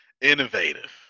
Innovative